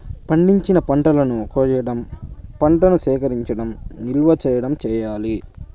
పండించిన పంటలను కొయ్యడం, పంటను సేకరించడం, నిల్వ చేయడం చెయ్యాలి